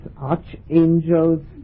archangels